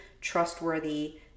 trustworthy